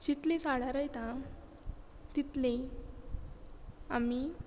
जितलीं झाडां रोयतात तितलीं आमी